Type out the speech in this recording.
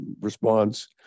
response